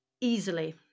easily